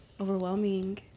overwhelming